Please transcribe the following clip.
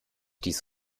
dies